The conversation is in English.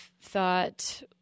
thought